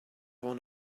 one